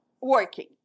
working